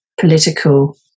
political